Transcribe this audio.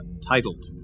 Titled